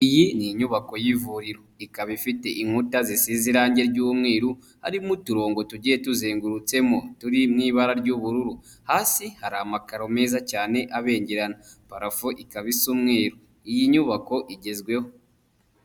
Iyi ni inyubako y'ivuriro ikaba ifite inkuta zisize irangi ry'umweru harimo uturongo tugiye tuzengurutsemo turi mu ibara ry'ubururu, hasi hari amakaro meza cyane abengerana, parafo ikaba isa umweru. Iyi nyubako igezweho.